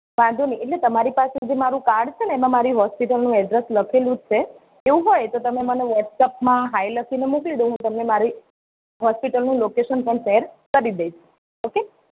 વાંધો નહીં એટલે તમારી પાસે જે મારું કાર્ડ છે ને એમાં મારી હૉસ્પિટલનું એડ્રેસ લખેલું જ છે એવું હોય તો તમે મને વૉટ્સએપમાં હાય લખીને મોકલી દો હું તમને મારી હૉસ્પિટલનું લોકેશન પણ શૅર કરી દઇશ ઓકે